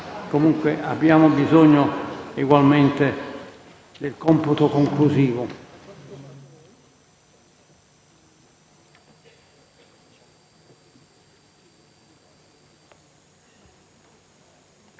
Comunque, abbiamo bisogno egualmente del computo conclusivo.